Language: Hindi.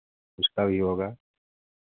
उसका भी होगा